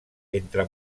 entre